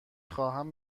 خواهم